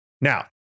Now